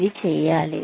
ఇది చేయాలి